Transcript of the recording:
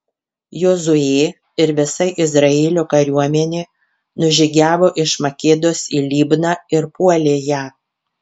jozuė ir visa izraelio kariuomenė nužygiavo iš makedos į libną ir puolė ją